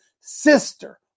sister